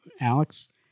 Alex